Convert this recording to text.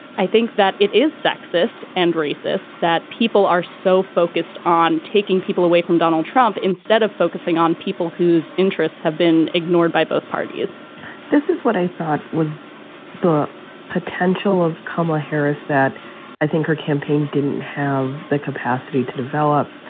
i think that it is sexist and racist that people are so focused on taking people away from donald trump instead of focusing on people whose interests have been ignored by both parties this is what i thought was the potential of kamala harris that i think her campaign didn't have the capacity to develop.